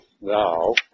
Now